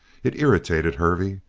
it irritated hervey.